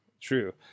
True